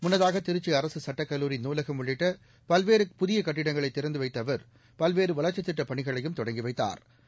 முன்னதாக திருச்சி அரசு சட்டக்கல்லூரி நூலகம் உள்ளிட்ட பல்வேறு புதிய கட்டிடங்களை திறந்து வைத்த அவா் பல்வேறு வளா்ச்சித் திட்டப் பணிகளையும் தொடங்கி வைத்தாா்